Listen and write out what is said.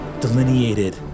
delineated